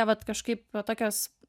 vat kažkaip va tokios